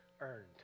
earned